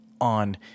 on